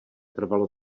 trvalo